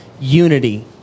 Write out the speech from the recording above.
unity